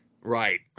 Right